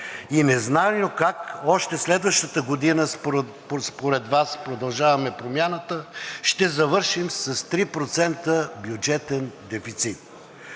и незнайно как още следващата година според Вас, „Продължаваме Промяната“, ще завършим с 3% бюджетен дефицит.